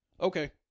okay